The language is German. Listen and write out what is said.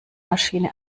maschine